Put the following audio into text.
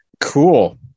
Cool